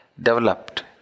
developed